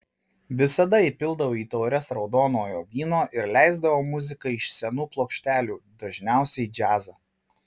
visada įpildavo į taures raudonojo vyno ir leisdavo muziką iš senų plokštelių dažniausiai džiazą